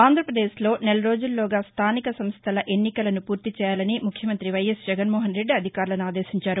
ఆంధ్రాపదేశ్ లో నెల రోజుల్లోగా స్టానిక సంస్థల ఎన్నికలను పూర్తి చేయాలని ముఖ్యమంత్రి వైఎస్ జగన్ మోహన్ రెడ్డి అధికారులను ఆదేశించారు